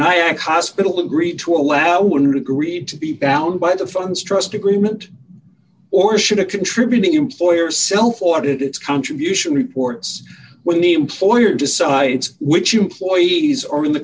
nyack hospital agreed to allow one to agreed to be bound by the funds trust agreement or should a contributing employer self audit its contribution reports when the employer decides which employees are in the